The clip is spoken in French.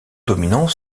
dominants